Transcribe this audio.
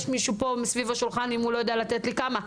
יש מישהו פה מסביב לשולחן אם הוא לא יודע לתת לי.